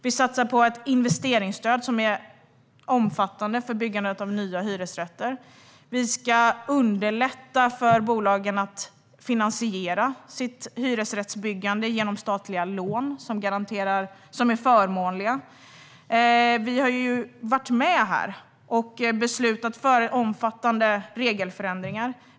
Vi satsar på ett omfattande investeringsstöd för byggande av nya hyresrätter. Vi ska underlätta för bolagen att finansiera sitt hyresrättsbyggande genom statliga lån som är förmånliga. Vi har varit med och beslutat om omfattande regelförändringar.